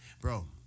bro